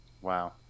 Wow